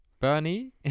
Bernie